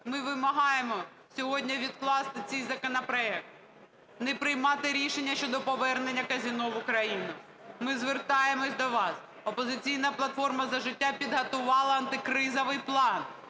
Ми вимагаємо сьогодні відкласти цей законопроект, не приймати рішення щодо повернення казино в Україну. Ми звертаємося до вас, "Опозиційна платформа - За життя" підготувала антикризовий план,